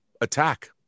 attack